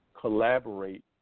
collaborate